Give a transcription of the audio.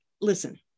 listen